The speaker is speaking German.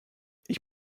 ich